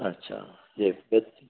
ਅੱਛਾ ਵਿਦ